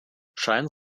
scheint